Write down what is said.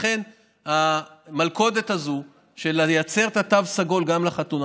לכן זאת מלכודת לייצר תו סגול גם לחתונות,